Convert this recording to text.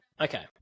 okay